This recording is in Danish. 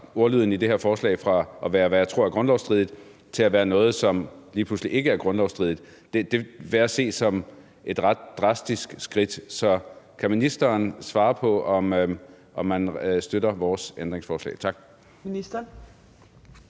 ordlyden i det her forslag fra at være noget, jeg tror er grundlovsstridigt, til at være noget, som lige pludselig ikke er grundlovsstridigt, så vil jeg se det som et ret drastisk skridt. Så kan ministeren svare på, om man støtter vores ændringsforslag? Tak.